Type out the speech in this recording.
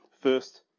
first